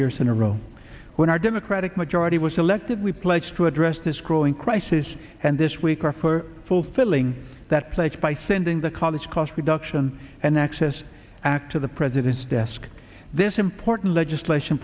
years in a row when our democratic majority was elected we pledged to address this growing crisis and this week or for fulfilling that place by sending the college cost reduction and access act to the president's desk this important legislation